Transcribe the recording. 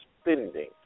spending